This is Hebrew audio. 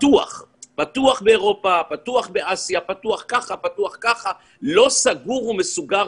פתוח באירופה ופתוח באסיה ולא סגור ומסוגר.